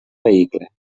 vehicle